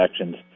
actions